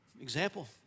example